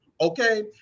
Okay